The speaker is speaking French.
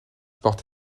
porte